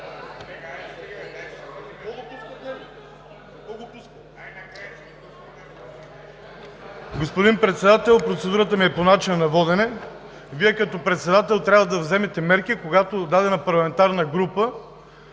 Господин Председател, процедурата ми е по начина на водене. Вие като Председател трябва да вземете мерки, когато дадена парламентарна група